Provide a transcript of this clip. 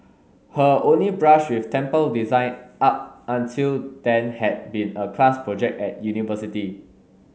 her only brush with temple design up until then had been a class project at university